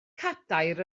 cadair